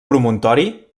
promontori